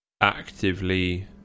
actively